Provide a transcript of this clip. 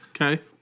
Okay